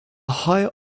higher